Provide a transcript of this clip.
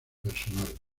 personal